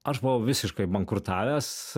aš buvau visiškai bankrutavęs